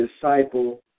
disciple